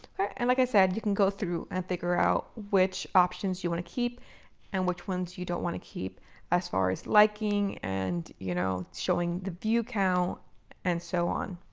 and like i said, you can go through and figure out which options you want to keep and which ones you don't want to keep as far as liking and, you know, showing the view count and so on